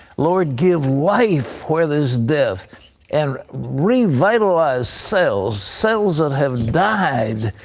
lord, give life where there is death and revitalize cells, cells that have died.